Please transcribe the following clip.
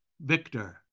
Victor